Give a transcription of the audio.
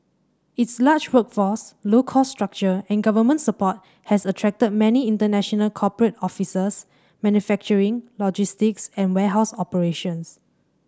its large workforce low cost structure and government support has attracted many international corporate officers manufacturing logistics and warehouse operations